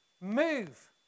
Move